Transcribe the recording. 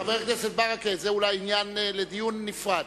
חבר הכנסת ברכה, זה אולי עניין לדיון נפרד.